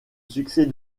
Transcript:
succès